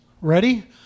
ready